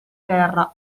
terra